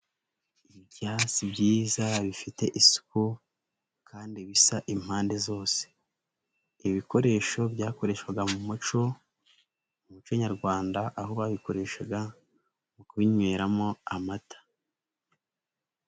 Ibyansi byiza bifite isuku kandi bisa impande zose, ibikoresho byakoreshwaga mu muco, mu muco nyarwanda aho babikoreshaga mu kubinyweramo amata.